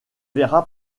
verra